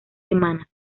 semanas